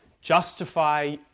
justify